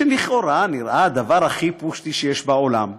שלכאורה נראה הדבר הכי פשוט שיש בעולם,